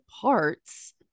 parts